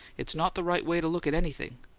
it's not the right way to look at anything.